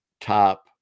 top